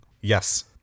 Yes